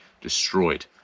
destroyed